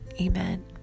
Amen